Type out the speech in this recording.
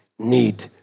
need